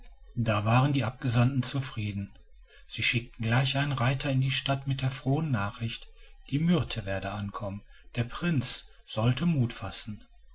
das waren die abgesandten zufrieden sie schickten gleich einen reiter in die stadt mit der frohen nachricht die myrte werde ankommen der prinz sollte mut fassen